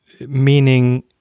meaning